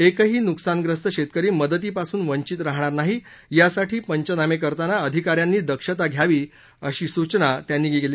एकही नुकसानग्रस्त शेतकरी मदतीपासून वंचित राहणार नाही यासाठी पंचनामे करताना अधिकाऱ्यांनी दक्षता घ्यावी अशा सूचना त्यांनी दिल्या